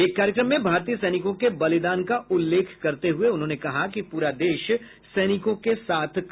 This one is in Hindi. एक कार्यक्रम में भारतीय सैनिकों के बलिदान का उल्लेख करते हुए उन्होंने कहा कि पूरा देश सैनिकों के साथ है